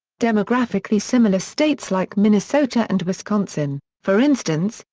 demographically similar states like minnesota and wisconsin, for instance,